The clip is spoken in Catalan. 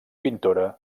pintora